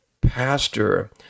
pastor